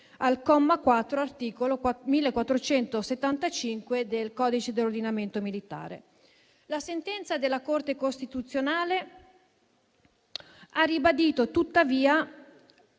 al comma 4 dell'articolo 1475 del codice di ordinamento militare. La sentenza della Corte costituzionale ha ribadito tuttavia